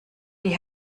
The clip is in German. die